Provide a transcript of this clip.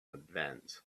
advance